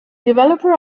developer